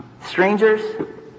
strangers